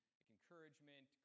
encouragement